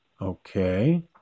Okay